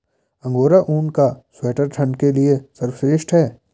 angora ऊन का sweater ठंड के लिए सर्वश्रेष्ठ है